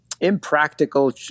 impractical